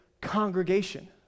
congregation